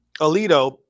Alito